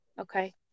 okay